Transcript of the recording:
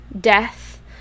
death